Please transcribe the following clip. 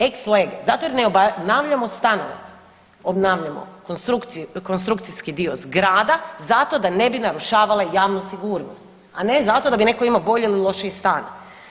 Ex lege zato jer ne obnavljamo stanove, obnavljamo konstrukcijski dio zgrada zato da ne bi narušavale javnu sigurnost, a ne zato da bi netko imao bolji ili lošiji stan.